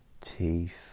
teeth